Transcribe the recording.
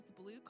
blue